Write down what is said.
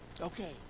Okay